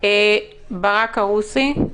ברק ארוסי,